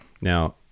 now